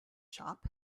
shop